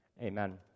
amen